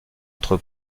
entre